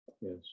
Yes